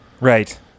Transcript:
Right